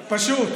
פשוט,